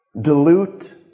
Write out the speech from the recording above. dilute